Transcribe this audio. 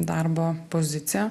darbo poziciją